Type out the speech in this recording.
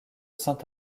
saint